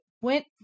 went